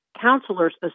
Counselors